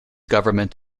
government